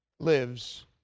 Lives